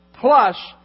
plus